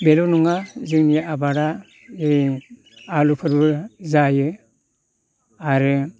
बेल' नङा जोंनि आबादा आलुफोरबो जायो आरो